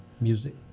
music